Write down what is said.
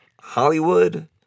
Hollywood